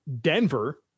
Denver –